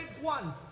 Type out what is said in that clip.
one